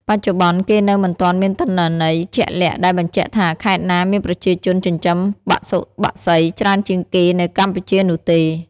បច្ចុប្បន្ន គេនៅមិនទាន់មានទិន្នន័យជាក់លាក់ដែលបញ្ជាក់ថាខេត្តណាមានប្រជាជនចិញ្ចឹមបសុបក្សីច្រើនជាងគេនៅកម្ពុជានោះទេ។